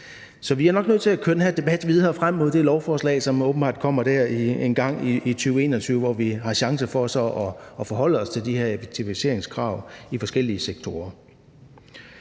Så vi er nok nødt til at køre den her debat videre frem mod det lovforslag, som åbenbart kommer der engang i 2021, hvor vi har chancer for så at forholde os til de her effektiviseringskrav i forskellige sektorer.